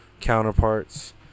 counterparts